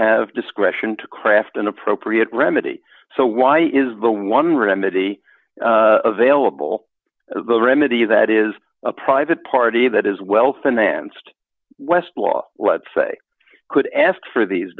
discretion to craft an appropriate remedy so why is the one remedy available the remedy that is a private party that is well financed westlaw let's say could ask for these